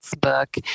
Book